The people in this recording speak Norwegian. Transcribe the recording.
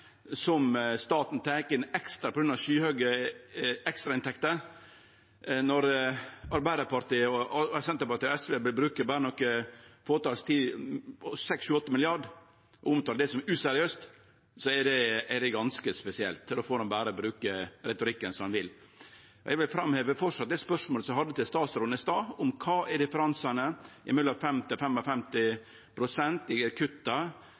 som staten tek inn på grunn av skyhøge ekstrainntekter, når Arbeidarpartiet, Senterpartiet og SV berre vil bruke nokre fåtals milliardar, 6, 7 eller 8 milliardar. Å omtale det som useriøst er ganske spesielt. Då får han berre bruke retorikken slik han vil. Eg vil framleis framheve det spørsmålet eg hadde til statsråden i stad, om kva som er differansen mellom 50 og 55 pst. i kutta